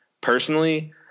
Personally